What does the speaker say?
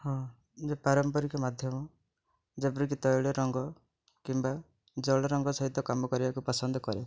ହଁ ଯେ ପାରମ୍ପରିକ ମାଧ୍ୟମ ଯେପରିକି ତୈଳ ରଙ୍ଗ କିମ୍ବା ଜଳ ରଙ୍ଗ ସହିତ କାମ କରିବାକୁ ପସନ୍ଦ କରେ